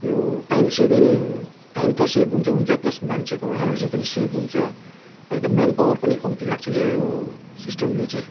यो time saving time त save हुन्छ हुन्छ प्लस मान्छेको एनर्जी पनि सेभ हुन्छ एकदम म्यानपावर पनि कम्ती लाग्छ क्याउ यो सिस्टमले चाहिँ